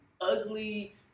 ugly